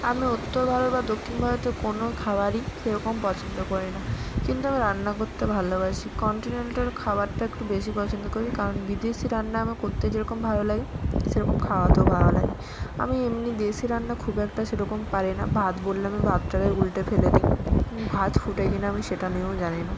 আমি উত্তর ভারত বা দক্ষিণ ভারতের কোনও খাবারই সেরকম পছন্দ করি না কিন্তু আমি রান্না করতে ভালোবাসি কন্টিনেন্টাল খাবারটা একটু বেশি পছন্দ করি কারণ বিদেশি রান্না আমা করতে যেরকম ভালো লাগে সেরকম খাওয়াতেও ভালো লাগে আমি এমনি দেশি রান্না খুব একটা সেরকম পারি না ভাত বললে আমি ভাতটাকে উল্টে ফেলে দিই ভাত ফোটে কি না আমি সেটা নিয়েও জানি না